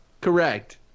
Correct